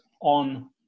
on